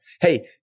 Hey